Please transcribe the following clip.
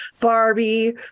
barbie